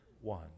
one